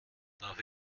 darf